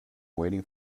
waiting